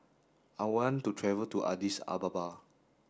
I want to travel to Addis Ababa